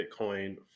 Bitcoin